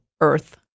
Earth